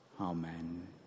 Amen